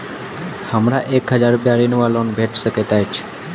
हमरा एक हजार रूपया ऋण वा लोन भेट सकैत अछि?